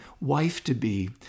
wife-to-be